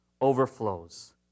overflows